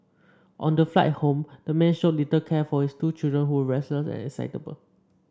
on the flight home the man showed little care for his two children who were restless and excitable